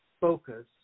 focus